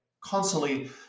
constantly